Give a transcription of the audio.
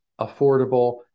affordable